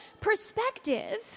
perspective